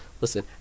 Listen